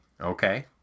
okay